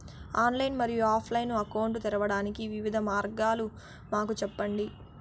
Online మరియు offline account తెరవడానికి వివిధ మార్గాలు మాకు సెప్పండి?